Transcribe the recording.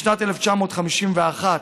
משנת 1951,